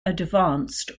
advanced